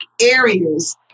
areas